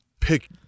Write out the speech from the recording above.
pick